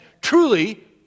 Truly